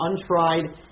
untried